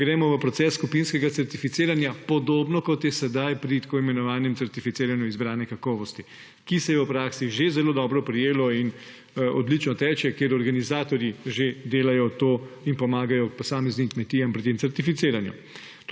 gremo v proces skupinskega certificiranja, podobno kot je sedaj pri tako imenovanem certificiranju izbrane kakovosti, ki se je v praksi že zelo dobro prijelo in odlično teče, kjer organizatorji že delajo to in pomagajo posameznim kmetijam pri tem certificiranju.